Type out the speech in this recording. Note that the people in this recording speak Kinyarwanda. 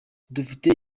dufite